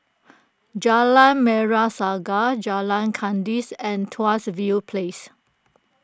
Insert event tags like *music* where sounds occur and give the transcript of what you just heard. *noise* Jalan Merah Saga Jalan Kandis and Tuas View Place